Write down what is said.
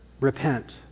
repent